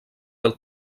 del